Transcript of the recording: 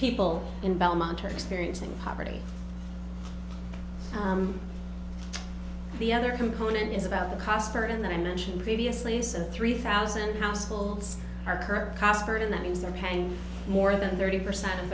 people in belmont are experiencing poverty the other component is about the cost burden that i mentioned previously said three thousand households are current cost burden that means they're paying more than thirty percent of